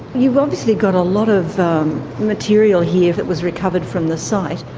you've obviously got a lot of material here that was recovered from the site.